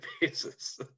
basis